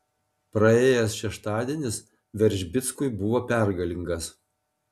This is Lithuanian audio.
praėjęs šeštadienis veržbickui buvo pergalingas